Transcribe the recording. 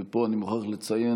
ופה אני מוכרח לציין,